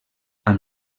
amb